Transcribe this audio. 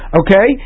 okay